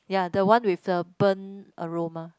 ya the one with the burn aroma